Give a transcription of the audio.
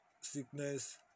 sickness